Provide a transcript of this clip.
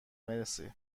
مرسی